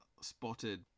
spotted